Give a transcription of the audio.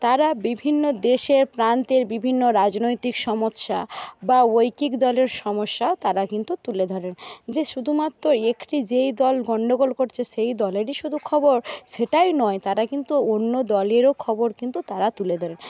তারা বিভিন্ন দেশের প্রান্তের বিভিন্ন রাজনৈতিক সমস্যা বা ঐকিক দলের সমস্যাও তারা কিন্তু তুলে ধরে যে শুধুমাত্র একটি যেই দল গন্ডগোল করছে সেই দলেরই শুধু খবর সেটাই নয় তারা কিন্তু অন্য দলেরও খবর কিন্তু তারা তুলে ধরে